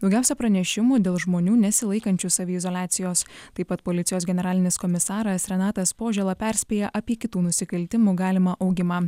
daugiausia pranešimų dėl žmonių nesilaikančių saviizoliacijos taip pat policijos generalinis komisaras renatas požėla perspėja apie kitų nusikaltimų galimą augimą